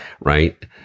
right